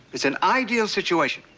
it's an ideal situation.